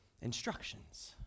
instructions